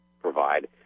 provide